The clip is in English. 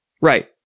Right